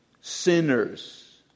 Sinners